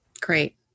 Great